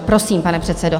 Prosím, pane předsedo.